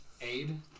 Aid